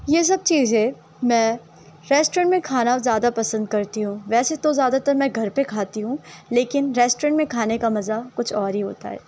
یہ سب چیزیں میں ریسٹورینٹ میں کھانا زیادہ پسند کرتی ہوں ویسے تو زیادہ تر میں گھر پہ کھانا کھاتی ہوں لیکن ریسٹورینٹ میں کھانے کا مزہ کچھ اور ہی ہوتا ہے